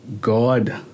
God